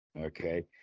Okay